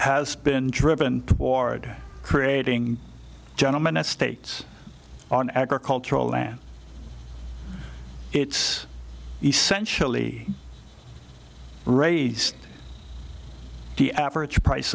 has been driven toward creating gentleman estates on agricultural land it's essentially raise the average price